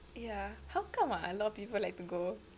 ya how come ah a lot of people like to go